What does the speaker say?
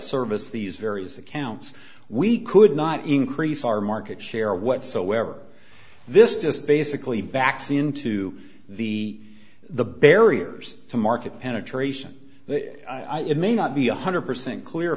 service these various accounts we could not increase our market share whatsoever this just basically backs into the the barriers to market penetration it may not be one hundred percent clear